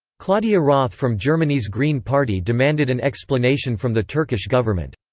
claudia roth from germany's green party demanded an explanation from the turkish government.